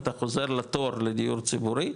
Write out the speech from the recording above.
אתה חוזר לתור לדיור ציבורי,